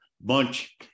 Bunch